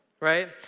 right